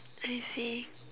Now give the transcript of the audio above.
I see